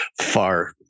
far